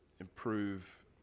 improve